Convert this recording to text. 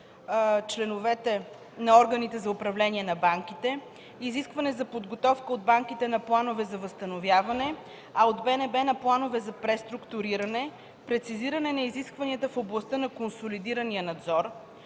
членовете на органите за управление на банките; изискване за подготовка от банките на планове за възстановяване, а от БНБ – на планове за преструктуриране; прецизиране на изисквания в областта на консолидирания надзор;